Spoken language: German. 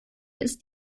ist